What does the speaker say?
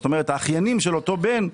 זאת אומרת האחיינים של אותו בן,